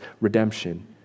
redemption